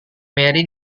mary